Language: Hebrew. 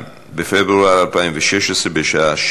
זה יועבר לדיון במליאה.